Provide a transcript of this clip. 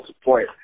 support